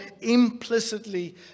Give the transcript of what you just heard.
implicitly